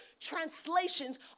translations